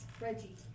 Reggie